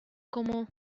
como